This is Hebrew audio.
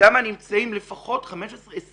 שם נמצאים לפחות 15-20